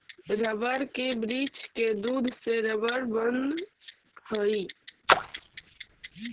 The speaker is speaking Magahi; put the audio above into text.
रबर के वृक्ष के दूध से रबर बनऽ हई